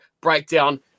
breakdown